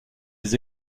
des